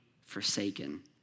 forsaken